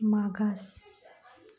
मागास